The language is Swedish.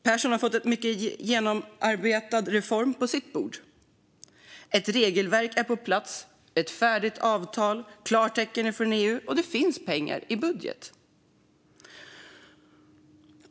Pehrson har fått en mycket genomarbetad reform på sitt bord, ett regelverk är på plats, det finns ett färdigt avtal, EU har gett klartecken och det finns pengar i budgeten.